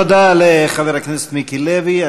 תודה לחבר הכנסת מיקי לוי.